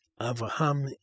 Avraham